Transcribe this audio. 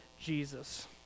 Jesus